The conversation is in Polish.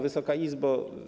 Wysoka Izbo!